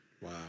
Wow